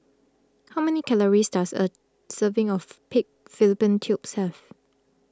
how many calories does a serving of Pig Fallopian Tubes have